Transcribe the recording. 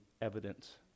evidence